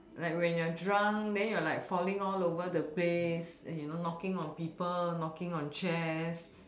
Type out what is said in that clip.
like when your drunk then you are like you falling all over the place then you know knocking on people knocking on chairs